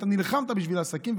אתה נלחמת בשביל עסקים,